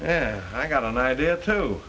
yeah i got an idea to